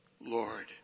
Lord